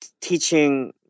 teaching